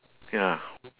ya